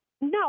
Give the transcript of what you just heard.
No